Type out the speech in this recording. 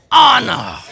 honor